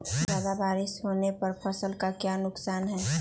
ज्यादा बारिस होने पर फसल का क्या नुकसान है?